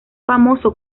famoso